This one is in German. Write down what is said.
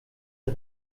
der